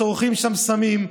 צורכים שם סמים,